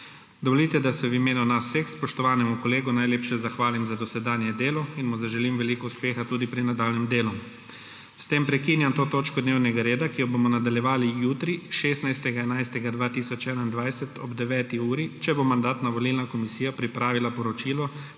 Dovolite, da se v imenu nas vseh spoštovanemu kolegu najlepše zahvalim za dosedanje delo in mu zaželim veliko uspeha tudi pri nadaljnjem delu. S tem prekinjam to točko dnevnega reda, ki jo bomo nadaljevali jutri, 16. 11. 2021, ob 9. uri, če bo Mandatno-volilna komisija pripravila poročilo,